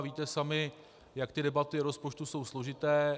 Víte sami, jak debaty o rozpočtu jsou složité.